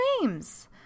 names